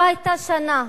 לא היתה שנה